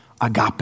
agape